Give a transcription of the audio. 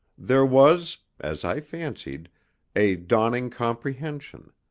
there was as i fancied a dawning comprehension,